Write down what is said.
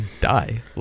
die